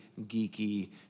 geeky